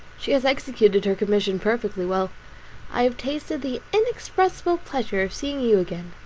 she has executed her commission perfectly well i have tasted the inexpressible pleasure of seeing you again,